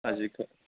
आजिखालि